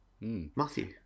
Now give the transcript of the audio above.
Matthew